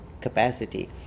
capacity